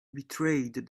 betrayed